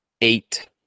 Eight